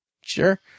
sure